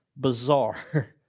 bizarre